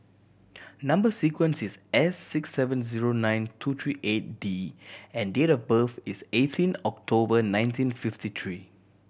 number sequence is S six seven zero nine two three eight D and date of birth is eighteen October nineteen fifty three